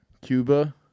Cuba